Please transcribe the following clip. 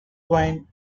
twine